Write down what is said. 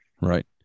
Right